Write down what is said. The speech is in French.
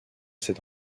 cet